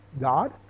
God